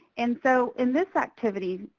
and so, in this activity,